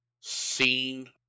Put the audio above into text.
seen